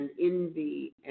envy